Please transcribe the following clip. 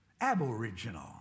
Aboriginal